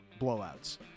blowouts